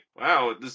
wow